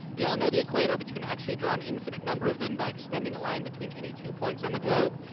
we all know the equator, but you can actually draw an infinite number of them by extending a line between any two points on the globe.